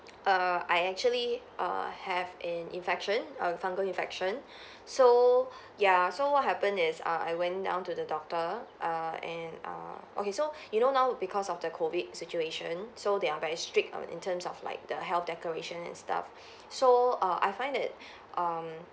err I actually err have an infection err fungal infection so ya so what happened is uh I went down to the doctor err and err okay so you know now because of the COVID situation so they are very strict on in terms of like the health declaration and stuff so err I find that um